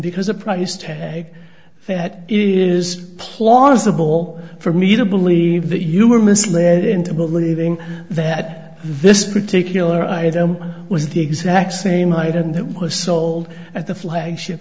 because a price tag that is plausible for me to believe that you were misled into believing that this particular item was the exact same item that was sold at the flagship